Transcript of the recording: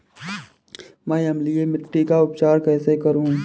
मैं अम्लीय मिट्टी का उपचार कैसे करूं?